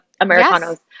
Americanos